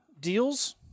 deals